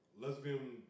lesbian